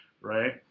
right